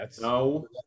No